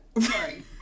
sorry